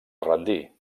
rendir